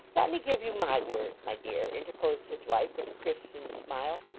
let me give you my word, my dear interposed his wife with a christian smile,